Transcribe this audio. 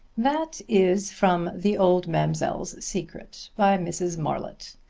that is from the old mamselle's secret by mrs. marlitt.